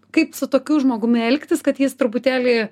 kaip su tokiu žmogumi elgtis kad jis truputėlį